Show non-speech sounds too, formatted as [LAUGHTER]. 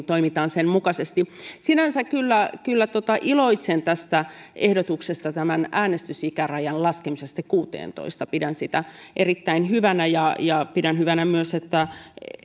[UNINTELLIGIBLE] toimitaan sen mukaisesti sinänsä kyllä kyllä iloitsen tästä ehdotuksesta tämän äänestysikärajan laskemisesta kuuteentoista pidän sitä erittäin hyvänä ja ja pidän hyvänä myös että